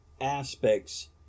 aspects